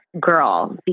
girl